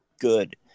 good